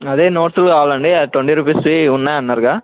అదే నోట్స్ కావాలండీ ట్వంటీ రుపీస్వి ఉన్నాయన్నారుగా